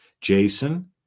Jason